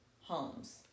homes